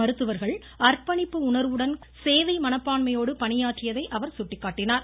மருத்துவர்கள் அர்ப்பணிப்பு உணர்வுடன் கொரோனா காலத்திலும் சேவை மனப்பான்மையோடு பணியாற்றியதை அவர் சுட்டிக்காட்டினார்